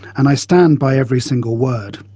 and i stand by every single word.